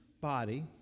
body